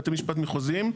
בתי משפט מחוזיים,